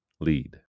lead